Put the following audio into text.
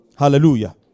Hallelujah